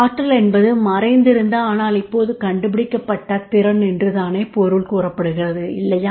ஆற்றல் என்பதற்கு 'மறைந்திருந்த ஆனால் இப்போது கண்டுபிடிக்கப்பட்ட திறன்' என்று தானே பொருள் கூறப்படுகிறது இல்லையா